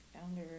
founder